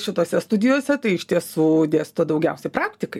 šitose studijose tai iš tiesų dėsto daugiausiai praktikai